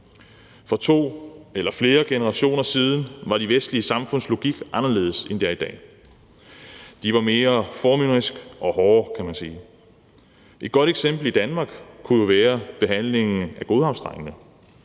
For to eller flere generationer siden var de vestlige samfunds logik anderledes, end den er i dag. De var mere formynderiske og hårde, kan man sige. Et godt eksempel i Danmark kunne jo være behandlingen af godhavnsdrengene,